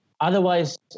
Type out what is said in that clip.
Otherwise